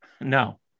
No